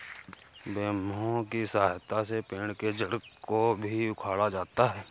backhoe की सहायता से पेड़ के जड़ को भी उखाड़ा जाता है